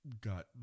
Got